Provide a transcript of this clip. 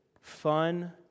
fun